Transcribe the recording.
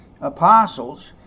apostles